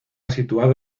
situado